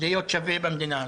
להיות שווה במדינה הזאת.